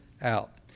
out